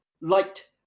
light